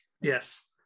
Yes